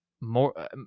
more